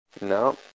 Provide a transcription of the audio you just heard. No